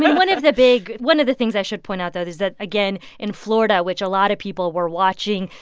but one of the big one of the things i should point out, though, is that, again, in florida, which a lot of people were watching,